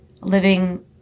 living